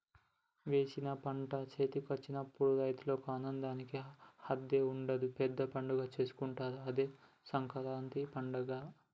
వేసిన పంట చేతికొచ్చినప్పుడు రైతుల ఆనందానికి హద్దే ఉండదు పెద్ద పండగే చేసుకుంటారు అదే సంకురాత్రి పండగ